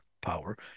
power